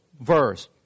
verse